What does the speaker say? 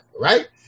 right